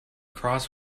cross